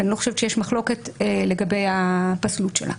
שאני לא חושבת שיש מחלוקת לגבי הפסלות שלך.